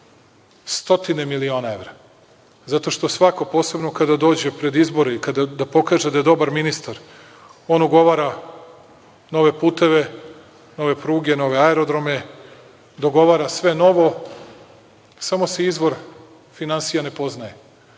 stotine miliona evra. Zato što svako, posebno pred izbore, da pokaže da je dobar ministar, on ugovara nove puteve, nove pruge, nove aerodrome, dogovara sve novo, a samo se izvor finansija ne poznaje.